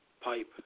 pipe